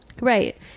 Right